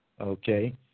okay